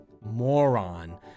moron